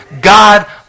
God